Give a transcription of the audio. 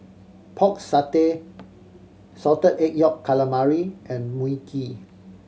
Pork Satay Salted Egg Yolk Calamari and Mui Kee